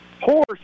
Horse